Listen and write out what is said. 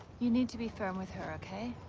you need to be firm with her, okay?